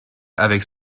avec